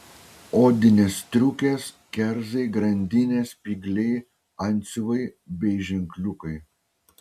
odinės striukės kerzai grandinės spygliai antsiuvai bei ženkliukai